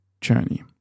journey